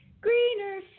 greener